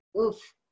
oof